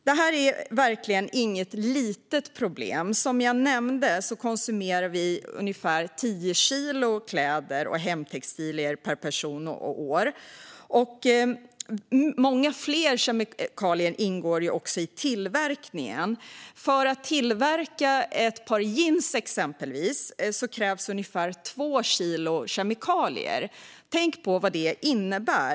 Detta är verkligen inget litet problem. Som jag nämnde konsumerar vi ungefär 10 kilo kläder och hemtextilier per person och år. Många fler kemikalier ingår också i tillverkningen. För att tillverka exempelvis ett par jeans krävs ungefär 2 kilo kemikalier. Tänk på vad det innebär!